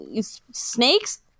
snakes